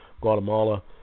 guatemala